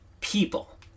people